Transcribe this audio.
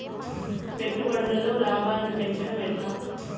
పెట్టుబడులలో లాభాలను పెంచడం ఎట్లా?